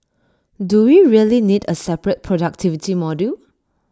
do we really need A separate productivity module